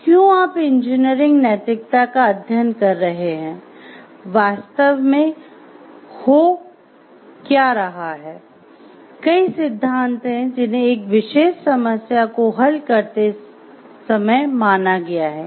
तो क्यों आप इंजीनियरिंग नैतिकता का अध्ययन कर रहे हैं वास्तव में हो क्या रहा है कई सिद्धांत हैं जिन्हें एक विशेष समस्या को हल करते समय माना गया है